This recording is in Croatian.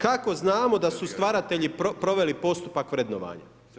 Kako znamo da su stvaratelji proveli postupak vrednovanja?